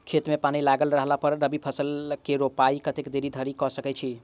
खेत मे पानि लागल रहला पर रबी फसल केँ रोपाइ कतेक देरी धरि कऽ सकै छी?